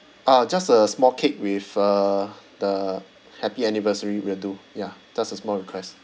ah just a small cake with uh the happy anniversary will do ya just a small request